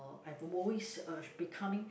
uh I've been always uh becoming